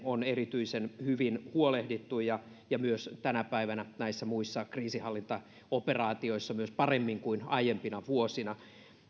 on erityisen hyvin huolehdittu ja ja tänä päivänä myös näissä muissa kriisinhallintaoperaatioissa paremmin kuin aiempina vuosina